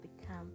become